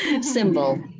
symbol